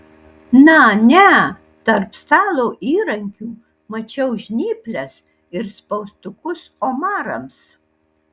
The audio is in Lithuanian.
na ne tarp stalo įrankių mačiau žnyples ir spaustukus omarams